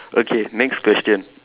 okay next question